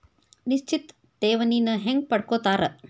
ನಿಶ್ಚಿತ್ ಠೇವಣಿನ ಹೆಂಗ ಪಡ್ಕೋತಾರ